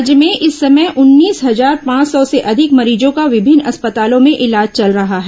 राज्य में इस समय उन्नींस हजार पांच सौ से अधिक मरीजों का विभिन्न अस्पतालों में इलाज चल रहा है